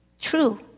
True